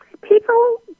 People